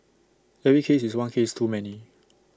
every case is one case too many